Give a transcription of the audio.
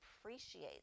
appreciate